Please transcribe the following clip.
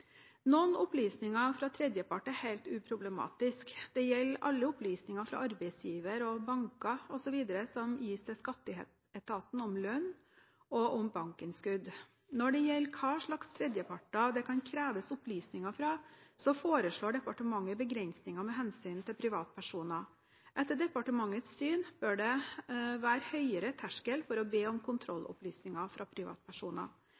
Noen opplysninger fra tredjepart er helt uproblematiske. Det gjelder alle opplysninger fra arbeidsgiver, banker osv. som gis til skatteetaten om lønn og om bankinnskudd. Når det gjelder hva slags tredjeparter det kan kreves opplysninger fra, foreslår departementet begrensninger med hensyn til privatpersoner. Etter departementets syn bør det være høyere terskel for å be om kontrollopplysninger fra privatpersoner.